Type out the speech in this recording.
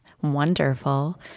wonderful